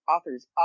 Authors